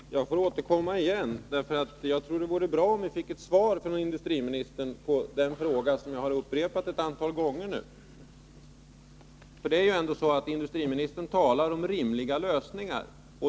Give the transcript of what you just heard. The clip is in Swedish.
Herr talman! Jag måste återkomma igen — jag tror nämligen att det vore bra om vi fick ett svar från industriministern på den fråga som jag har upprepat ett antal gånger. Industriministern talar ändå om en rimlig lösning.